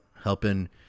helping